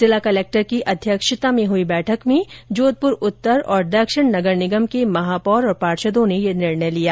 जिला कलेक्टर की अध्यक्षता में हुई बैठक में जोधपुर उत्तर और दक्षिण नगर निगम के महापौर और पार्षदों ने यह निर्णय लिया